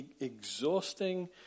exhausting